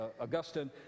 Augustine